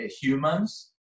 humans